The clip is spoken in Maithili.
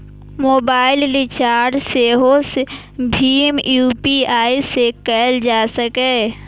मोबाइल रिचार्ज सेहो भीम यू.पी.आई सं कैल जा सकैए